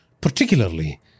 particularly